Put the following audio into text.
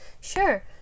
Sure